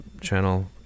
channel